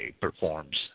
performs